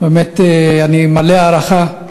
אני מלא הערכה,